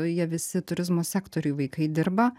jie visi turizmo sektoriuj vaikai dirba